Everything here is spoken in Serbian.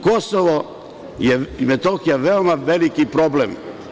Kosovo i Metohija su veoma veliki problem.